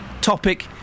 topic